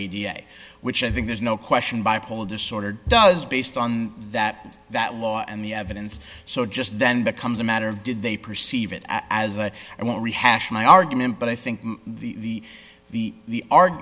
way which i think there's no question bipolar disorder does based on that that law and the evidence so just then becomes a matter of did they perceive it as a i won't rehash my argument but i think the the argue the